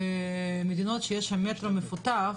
מפותח,